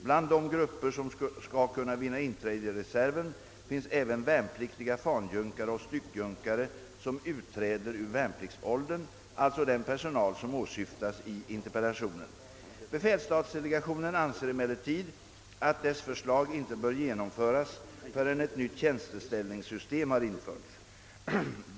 Bland de grupper som skall kunna vinna inträde i reserven finns även värnpliktiga fanjunkare och styckjunkare som utträder ur värnpliktsåldern, alltså den personal som åsyftas i interpellationen. Befälsstatsdelegationen anser emellertid att dess förslag inte bör genomföras förrän ett nytt tjänsteställningssystem har införts.